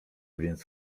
więc